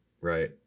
right